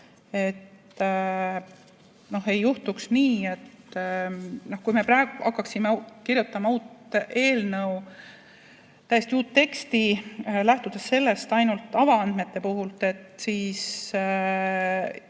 et ei juhtuks nii, et kui me praegu hakkame kirjutama uut eelnõu, täiesti uut teksti, lähtudes ainult avaandmetest, siis